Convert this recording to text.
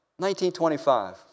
1925